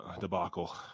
debacle